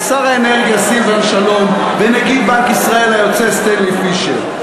שר האנרגיה והמים סילבן שלום ונגיד בנק ישראל היוצא סטנלי פישר.